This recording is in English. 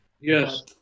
Yes